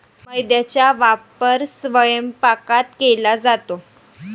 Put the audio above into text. मैद्याचा वापर स्वयंपाकात केला जातो